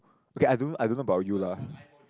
okay I don't I don't know about you lah